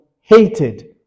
hated